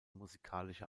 musikalische